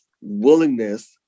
willingness